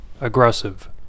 aggressive